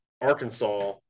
Arkansas